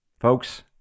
Folks